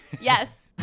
yes